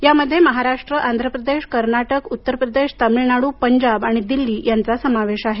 यामध्ये महाराष्ट्र आंध्रप्रदेश कर्नाटक उत्तर प्रदेश तामिळनाडू पंजाब आणि दिल्ली यांचा समावेश आहे